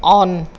on